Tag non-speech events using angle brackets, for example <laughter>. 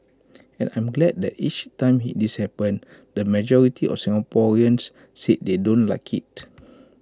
and I'm glad that each time <hesitation> this happens the majority of Singaporeans say they don't like IT